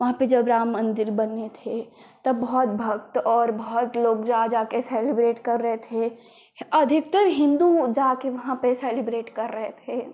वहाँ पर जब राम मन्दिर बना था तब बहुत भक्त और बहुत लोग जा जाकर सेलिब्रेट कर रहे थे अधिकतर हिन्दू जाकर वहाँ पर सेलिब्रेट कर रहे थे